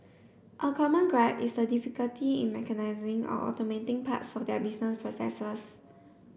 a common gripe is a difficulty in mechanising or automating parts of their business processes